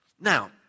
Now